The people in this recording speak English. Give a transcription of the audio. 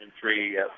three